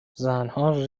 زنها